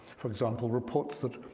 for example, reports that